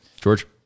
George